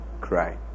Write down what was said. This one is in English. cry